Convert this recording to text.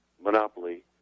monopoly